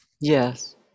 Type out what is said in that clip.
yes